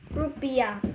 rupiah